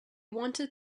wanted